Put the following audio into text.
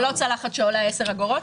זו לא צלחת שעולה 10 אגורות.